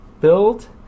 Build